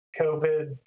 COVID